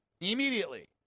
immediately